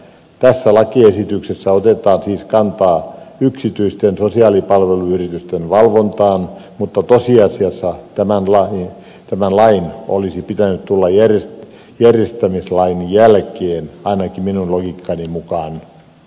tässä lakiesityksessä otetaan siis kantaa yksityisten sosiaalipalveluyritysten valvontaan mutta tosiasiassa tämän lain olisi pitänyt tulla järjestämislain jälkeen ainakin minun logiikkani mukaan